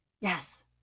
Yes